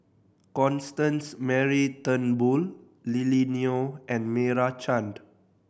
Constance Mary Turnbull Lily Neo and Meira Chand